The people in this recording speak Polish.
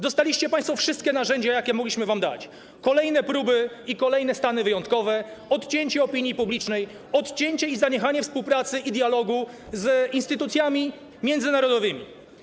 Dostaliście państwo wszystkie narzędzia, jakie mogliśmy wam dać: kolejne próby i kolejne stany wyjątkowe, odcięcie opinii publicznej, odcięcie i zaniechanie współpracy i dialogu z instytucjami międzynarodowymi.